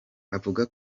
avuga